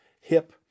hip